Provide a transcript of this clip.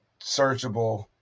searchable